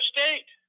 State